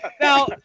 now